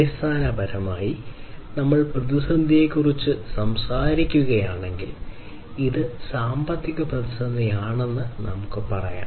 അടിസ്ഥാനപരമായി നമ്മൾ പ്രതിസന്ധിയെക്കുറിച്ച് സംസാരിക്കുകയാണെങ്കിൽ ഇത് സാമ്പത്തിക പ്രതിസന്ധിയാണെന്ന് നമുക്ക് പറയാം